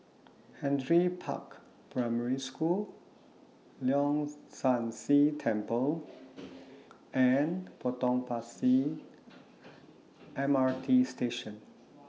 Henry Park Primary School Leong San See Temple and Potong Pasir M R T Station